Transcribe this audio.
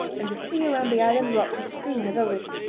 and the sea around the island rock was strewn with others.